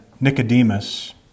Nicodemus